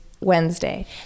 wednesday